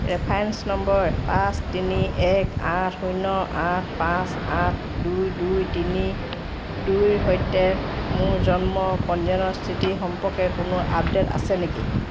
reference number পাঁচ তিনি এক আঠ শূন্য আঠ পাঁচ আঠ দুই দুই তিনি দুইৰ সৈতে মোৰ জন্ম পঞ্জীয়নৰ স্থিতি সম্পৰ্কে কোনো আপডেট আছে নেকি